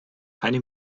keine